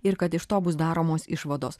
ir kad iš to bus daromos išvados